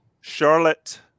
Charlotte